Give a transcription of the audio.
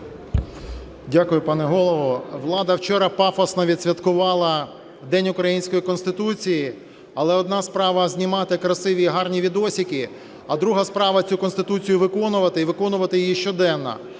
Дякую, пане Голово. Влада вчора пафосно відсвяткувала День української Конституції, але одна справа знімати красиві і гарні "відосики", а друга справа – цю Конституцію виконувати і виконувати її щоденно.